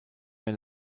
mehr